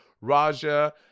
Raja